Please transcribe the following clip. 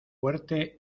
fuerte